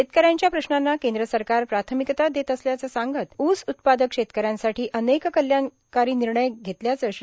शेतकऱ्यांच्या प्रश्नांना केंद्र सरकार प्राथमिकता देत असल्याचं सांगत ऊस उत्पादक शेतकऱ्यांसाठी अनेक कल्याणकारी निर्णय घेतल्याचं श्री